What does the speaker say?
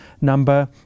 number